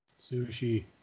Sushi